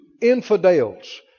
infidels